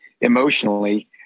Emotionally